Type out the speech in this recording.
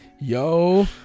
yo